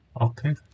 Okay